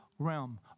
Realm